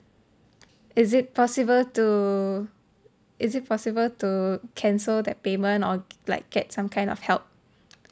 is it possible to is it possible to cancel that payment or like get some kind of help